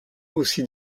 aussi